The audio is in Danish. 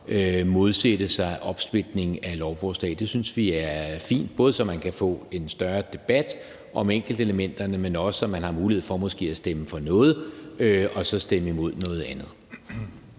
modsætte sig opsplitning af lovforslag. Det synes vi er fint, både så man kan få en større debat om enkeltelementerne, men også så man har mulighed for måske at stemme for noget og så stemme imod noget andet.